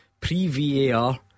Pre-VAR